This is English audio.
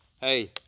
hey